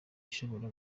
ushobora